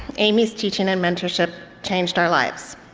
amy's teaching and mentorship changed our lives.